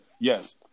Yes